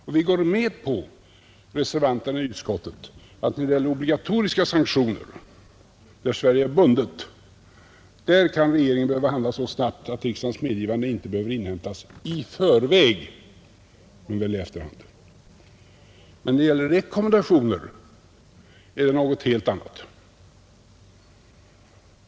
Och vi — reservanterna i utskottet — går med på att när det gäller obligatoriska sanktioner, där Sverige är bundet, kan regeringen behöva handla så snabbt, att riksdagens medgivande inte behöver inhämtas i förväg, men väl i efterhand. När det däremot gäller rekommendationer är förhållandet helt annorlunda.